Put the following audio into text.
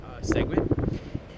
segment